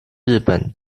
日本